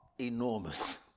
enormous